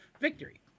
Victory